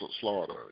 slaughter